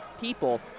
people